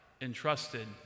entrusted